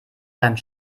seinem